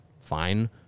fine